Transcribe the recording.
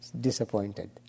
disappointed